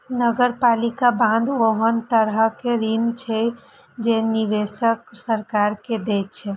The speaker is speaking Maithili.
नगरपालिका बांड ओहन तरहक ऋण छियै, जे निवेशक सरकार के दै छै